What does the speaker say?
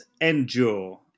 Endure